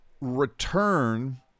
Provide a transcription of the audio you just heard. return